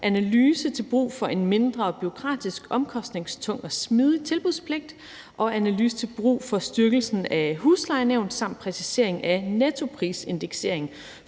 analyse til brug for en mindre bureaukratisk og omkostningstung og mere smidig tilbudspligt, og til analyse til brug for en styrkelse af huslejenævn samt præcisering af nettoprisindeksering,